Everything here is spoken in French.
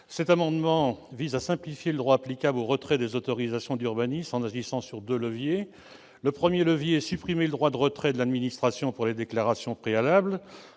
Cet amendement vise à simplifier le droit applicable au retrait des autorisations d'urbanisme en agissant sur deux leviers. Le premier consiste à supprimer le droit de retrait de l'administration pour les déclarations préalables.